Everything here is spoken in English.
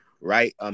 right